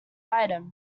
item